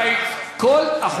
זה אסור לפי התקנון.